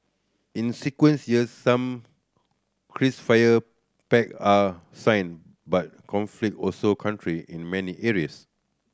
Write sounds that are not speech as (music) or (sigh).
in (unintelligible) years some ceasefire pact are signed but conflict also country in many areas